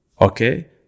okay